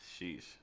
Sheesh